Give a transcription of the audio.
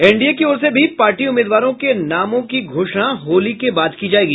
NDA के ओर से भी पार्टी उम्मीदवारों के नाम की घोषणा होली बाद की जायेगी